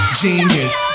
genius